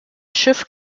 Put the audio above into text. schiff